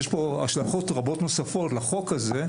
יש פה השלכות רבות נוספות לחוק הזה,